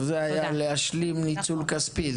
זה היה להשלים ניצול כספי,